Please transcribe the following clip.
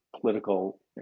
political